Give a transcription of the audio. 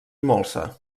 molsa